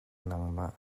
nangmah